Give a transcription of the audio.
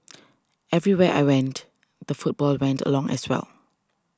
everywhere I went the football went along as well